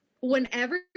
whenever